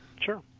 Sure